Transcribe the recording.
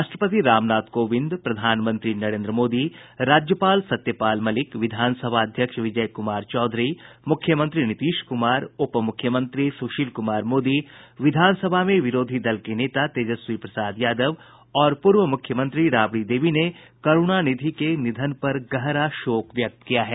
राष्ट्रपति रामनाथ कोविंद प्रधानमंत्री नरेन्द्र मोदी राज्यपाल सत्यपाल मलिक विधानसभा अध्यक्ष विजय कुमार चौधरी मुख्यमंत्री नीतीश कुमार उप मुख्यमंत्री सुशील कुमार मोदी विधान सभा में विरोधी दल के नेता तेजस्वी प्रसाद यादव और पूर्व मुख्यमंत्री राबड़ी देवी ने करुणानिधि के निधन पर गहरा शोक व्यक्त किया है